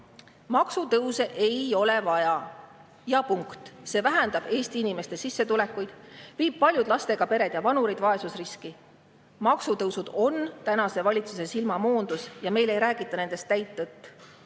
Maksutõuse ei ole vaja. Ja punkt. See vähendab Eesti inimeste sissetulekuid, viib paljud lastega pered ja vanurid vaesusriski. Maksutõusud on praeguse valitsuse silmamoondus ja meile ei räägita nende kohta täit tõtt.